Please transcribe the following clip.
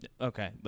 Okay